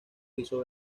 hizo